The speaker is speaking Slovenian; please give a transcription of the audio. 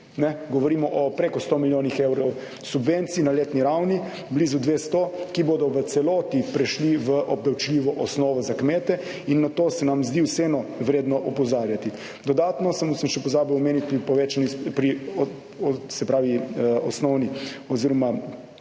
Govorimo o preko 100 milijonih evrov subvencij na letni ravni, blizu 200, ki bodo v celoti prešli v obdavčljivo osnovo za kmete. In na to se nam zdi vseeno vredno opozarjati. Dodatno sem še pozabil omeniti pri povečani, pri, se pravi osnovni oziroma